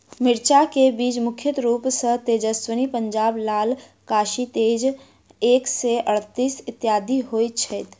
मिर्चा केँ बीज मुख्य रूप सँ तेजस्वनी, पंजाब लाल, काशी तेज एक सै अड़तालीस, इत्यादि होए छैथ?